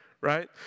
right